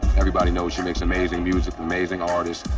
everybody knows she makes amazing music, amazing artist.